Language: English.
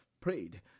prayed